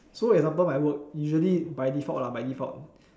so example my work usually by default lah by default